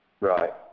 Right